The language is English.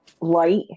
light